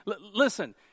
listen